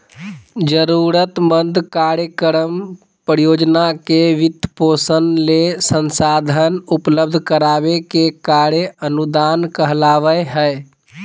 जरूरतमंद कार्यक्रम, परियोजना के वित्तपोषण ले संसाधन उपलब्ध कराबे के कार्य अनुदान कहलावय हय